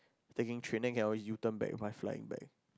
taking training then cannot U-turn back by flying back